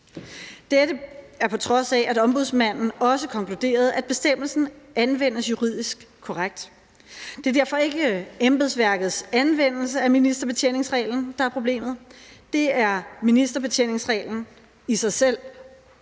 Dette gælder, på trods af at Ombudsmanden også konkluderede, at bestemmelsen anvendes juridisk korrekt. Det er derfor ikke embedsværkets anvendelse af ministerbetjeningsreglen, der er problemet. Det er ministerbetjeningsreglen i sig selv